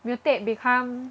mutate become